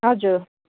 हजुर